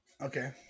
Okay